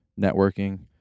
networking